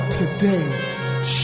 today